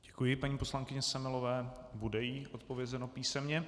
Děkuji paní poslankyni Semelové, bude jí odpovězeno písemně.